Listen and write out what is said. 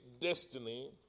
destiny